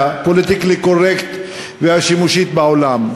פוליטיקלי-קורקט והשימושית בעולם.